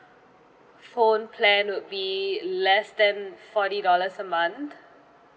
phone plan would be less than forty dollars a month